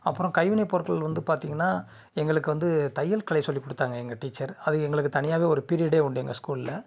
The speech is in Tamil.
அப்புறம் கைவினை பொருட்கள் வந்து பார்த்தீங்கன்னா எங்களுக்கு வந்து தையல் கலை சொல்லி கொடுத்தாங்க எங்கள் டீச்சர் அது எங்களுக்கு தனியாவே ஒரு பீரியடே உண்டு எங்கள் ஸ்கூலில்